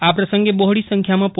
આ પ્રસંગે બહોળી સંખ્યામા પો